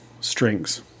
strings